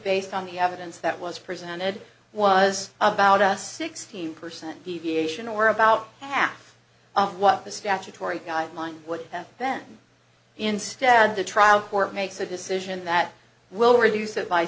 based on the evidence that was presented was about us sixteen percent deviation or about half of what the statutory guideline would have been instead the trial court makes a decision that will reduce it by